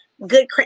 Good